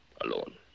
Alone